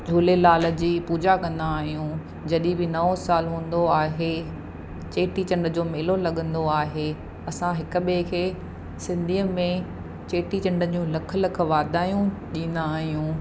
झूलेलाल जी पूजा कंदा आहियूं जॾहिं बि नओं साल हूंदो आहे चेटीचंड जो मेलो लॻंदो आहे असां हिक ॿिए खे सिंधीअ में चेटीचंड जूं लख लख वाधायूं ॾींदा आहियूं